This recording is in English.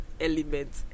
element